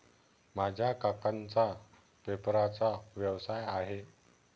माझ्या काकांचा पेपरचा व्यवसाय आहे